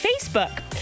Facebook